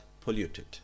polluted